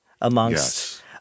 amongst